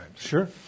sure